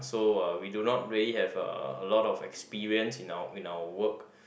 so uh we do not really have uh a lot of experiences in our in our work